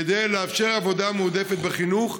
כדי לאפשר עבודה מועדפת בחינוך,